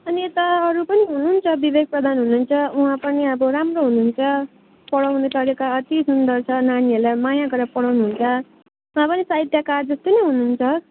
अनि यता अरू पनि हुनुहुन्छ विवेक प्रधान हुनुहुन्छ उहाँ पनि अब राम्रो हुनुहुन्छ पढाउने तरिका अति सुन्दर छ नानीहरूलाई माया गरेर पढाउनु हुन्छ त्यसमा पनि साहित्यकार जस्तो नै हुनुहुन्छ